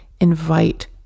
invite